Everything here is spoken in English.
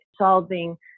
solving